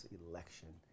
election